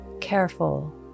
careful